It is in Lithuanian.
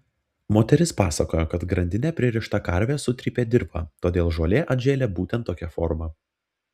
moteris pasakojo kad grandine pririšta karvė sutrypė dirvą todėl žolė atžėlė būtent tokia forma